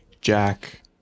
Jack